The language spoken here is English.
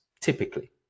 typically